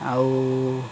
ଆଉ